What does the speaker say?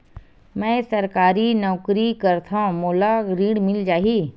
मै सरकारी नौकरी करथव मोला ऋण मिल जाही?